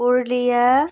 Purulia